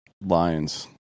Lions